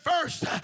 first